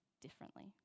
differently